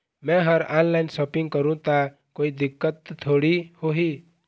मैं हर online shopping करू ता कोई दिक्कत त थोड़ी होही?